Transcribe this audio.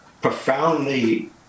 profoundly